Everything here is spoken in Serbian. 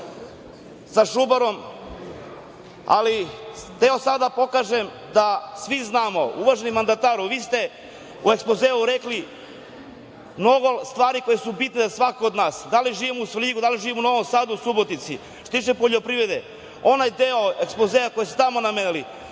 sa šubarom, ali hteo sam da pokažem da svi znamo, uvaženi mandataru, vi ste u ekspozeu rekli mnogo stvari koje su bitne za svakog od nas, da li živimo u Svrljigu, da li živimo u Novom Sadu, Subotici. Što se tiče poljoprivrede, onaj deo ekspozea koji ste tamo namenili,